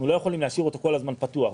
אנחנו לא יכולים להשאיר אותו כל הזמן פתוח.